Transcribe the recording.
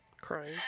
crying